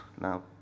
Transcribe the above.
Now